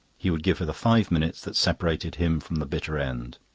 he would give her the five minutes that separated him from the bitter end.